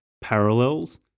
parallels